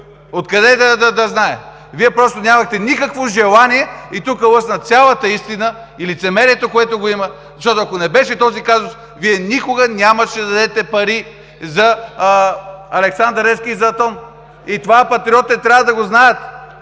Откъде да знае? Вие просто нямахте никакво желание, и тук лъсна цялата истина и лицемерието, което го има, защото ако не беше този казус, Вие никога нямаше да дадете пари за „Ал. Невски“ и за Атон. И това Патриотите трябва да го знаят.